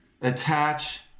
attach